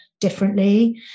differently